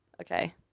okay